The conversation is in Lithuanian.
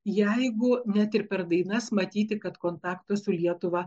jeigu net ir per dainas matyti kad kontakto su lietuva